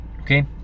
okay